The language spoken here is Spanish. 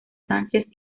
sánchez